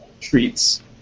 treats